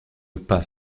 pas